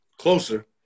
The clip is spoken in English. closer